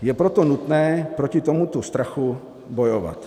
Je proto nutné proti tomuto strachu bojovat.